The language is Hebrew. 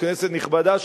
כנסת נכבדה,